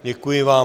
Děkuji vám.